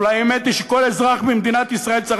אבל האמת היא שכל אזרח במדינת ישראל צריך